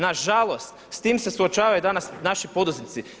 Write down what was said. Na žalost, s tim se suočavaju danas naši poduzetnici.